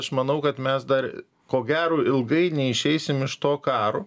aš manau kad mes dar ko gero ilgai neišeisim iš to karo